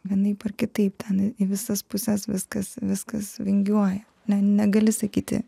vienaip ar kitaip ten į visas puses viskas viskas vingiuoja ne negali sakyti